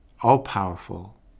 all-powerful